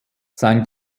sein